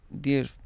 dear